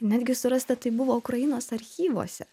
netgi surasta tai buvo ukrainos archyvuose